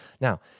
Now